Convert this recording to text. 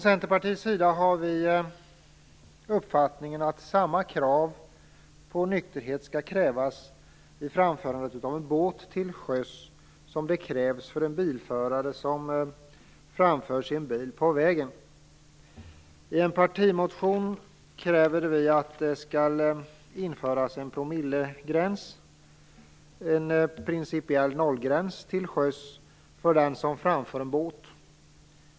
Centerpartiet har uppfattningen att samma krav på nykterhet skall ställas vid framförandet av en båt till sjöss som vid framförandet av en bil på vägen. I en partimotion kräver vi att en promillegräns skall införas, en principiell nollgräns till sjöss för den som framför en båt.